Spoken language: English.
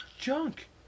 junk